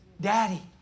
Daddy